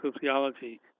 sociology